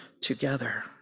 together